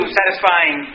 satisfying